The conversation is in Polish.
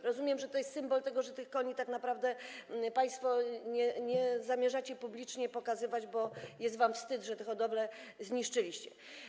Rozumiem, że to jest symbol tego, że tych koni tak naprawdę państwo nie zamierzacie publicznie pokazywać, bo jest wam wstyd, że tę hodowlę zniszczyliście.